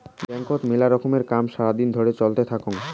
ব্যাংকত মেলা রকমের কাম সারা দিন ধরে চলতে থাকঙ